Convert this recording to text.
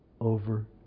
over